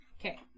okay